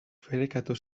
ferekatu